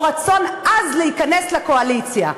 או של רצון עז להיכנס לקואליציה.